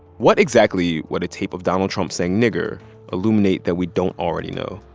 what exactly would a tape of donald trump saying nigger illuminate that we don't already know?